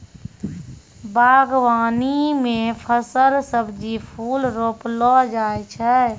बागवानी मे फल, सब्जी, फूल रौपलो जाय छै